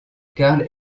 karl